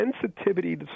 sensitivity